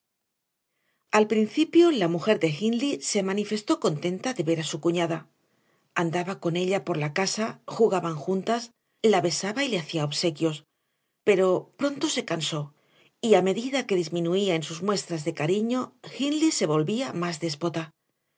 al principio la mujer de hindley se manifestó contenta de ver a su cuñada andaba con ella por la casa jugaban juntas la besaba y le hacía obsequios pero pronto se cansó y a medida que disminuía en sus muestras de cariño hindley se volvía más déspota